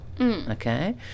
Okay